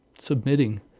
submitting